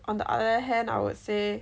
on the other hand I would say